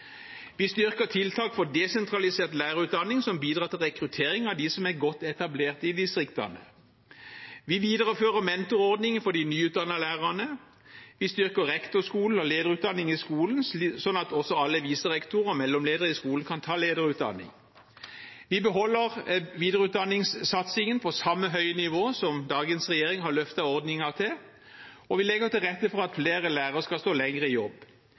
Vi styrker tiltak for desentralisert lærerutdanning, som bidrar til rekruttering av dem som er godt etablert i distriktene. Vi viderefører mentorordningen for de nyutdannede lærerne. Vi styrker rektorskolen og lederutdanning i skolen, sånn at også alle viserektorer og mellomledere i skolen kan ta lederutdanning. Vi beholder videreutdanningssatsingen på samme høye nivå som dagens regjering har løftet ordningen til. Vi legger til rette for at flere lærere skal stå lenger i jobb.